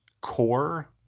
core